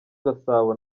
gasabo